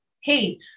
Hey